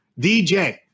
DJ